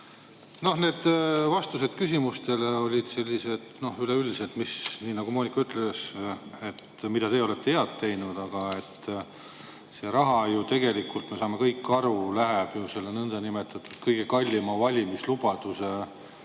No need vastused küsimustele olid sellised üleüldised, nii nagu Moonika ütles, et mida teie olete head teinud. Aga see raha tegelikult, me saame kõik aru, läheb ju selle nõndanimetatud kõige kallima valimislubaduse